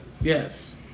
Yes